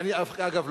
אגב,